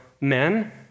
men